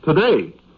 today